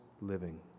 living